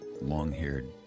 long-haired